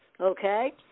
Okay